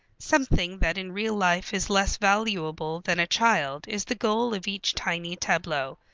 something that in real life is less valuable than a child is the goal of each tiny tableau,